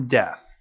death